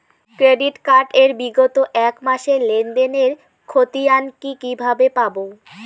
Credit card এর বিগত এক মাসের লেনদেন এর ক্ষতিয়ান কি কিভাবে পাব?